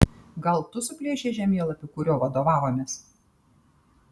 gal tu suplėšei žemėlapį kuriuo vadovavomės